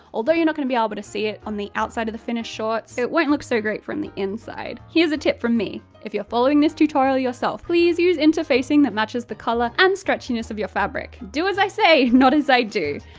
although you're not going to be able ah but to see it on the outside of the finished shorts, it won't look so great from the inside, here's a tip from me. if you're following this tutorial yourself please use interfacing that matches the colour and stretchiness of your fabric. do as i say, not as i do.